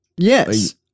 Yes